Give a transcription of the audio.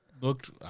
looked